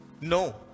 no